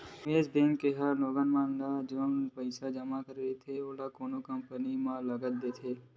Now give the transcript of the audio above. निवेस बेंक ह लोगन मन ह जउन पइसा जमा रहिथे ओला कोनो कंपनी म लगा देथे